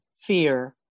fear